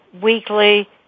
weekly